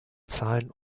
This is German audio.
zahlen